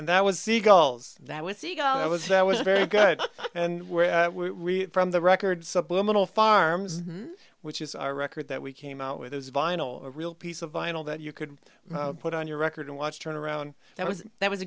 and that was seagulls that with the eagle i was that was very good and we're really from the record supplemental farms which is our record that we came out with is vinyl a real piece of vinyl that you could put on your record and watch turn around that was that was